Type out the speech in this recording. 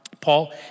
Paul